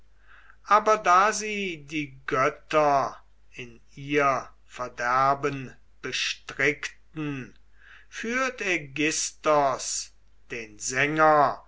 aber da sie die götter in ihr verderben bestrickten führt aigisthos den sänger